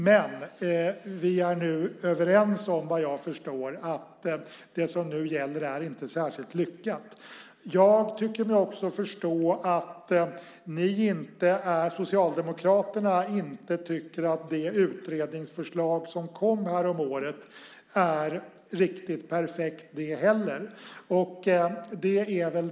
Men vi är nu överens om, vad jag förstår, att det som nu gäller inte är särskilt lyckat. Jag tycker mig också förstå att Socialdemokraterna inte tycker att det utredningsförslag som kom häromåret är riktigt perfekt det heller.